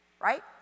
right